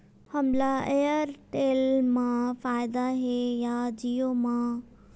हमला एयरटेल मा फ़ायदा हे या जिओ मा?